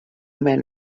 man